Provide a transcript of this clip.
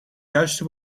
juiste